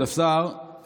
כבוד השר,